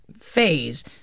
phase